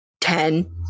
ten